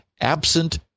absent